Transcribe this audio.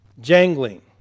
jangling